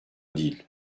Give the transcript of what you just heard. değil